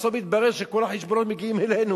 בסוף התברר שכל החשבונות מגיעים אלינו.